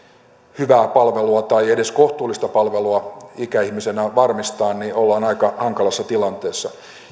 hyvää palvelua tai edes kohtuullista palvelua ikäihmisenä varmistaa niin ollaan aika hankalassa tilanteessa